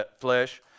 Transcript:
flesh